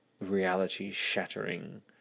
reality-shattering